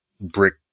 brick